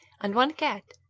and one cat,